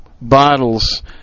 bottles